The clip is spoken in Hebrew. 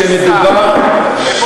שר הפנים,